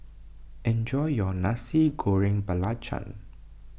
enjoy your Nasi Goreng Belacan